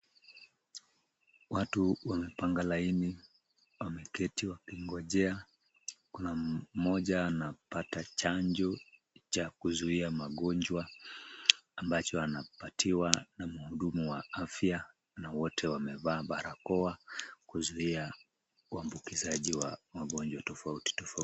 Watu wamepanga laini wameketi wakingojea, kuna mmoja anapata chanjo cha kuzuia magonjwa ambacho anapatiwa na mhudumu wa afya na wote wamevaa barakoa kuzuia uambukizaji wa magonjwa tofauti tofauti.